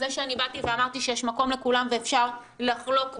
זה שאני באתי ואמרתי שיש מקום לכולם ואפשר לחלוק בהם,